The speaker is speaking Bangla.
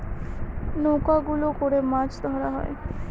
নৌকা গুলো করে মাছ ধরা হয়